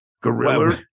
Gorilla